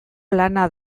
lana